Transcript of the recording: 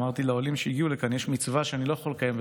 אמרתי לעולים שהגיעו לכאן שיש מצווה שאני לא יכול לקיים,